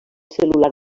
cel·lular